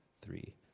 three